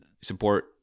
support